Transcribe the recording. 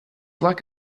like